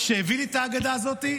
שהביא לי את ההגדה הזאת,